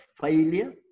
failure